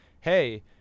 hey